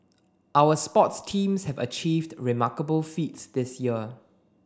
our sports teams have achieved remarkable feats this year